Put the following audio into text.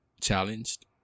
challenged